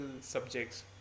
subjects